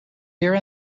here